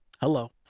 Hello